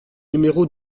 numéro